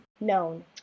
known